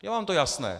Je vám to jasné?